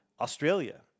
Australia